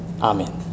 Amen